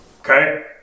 Okay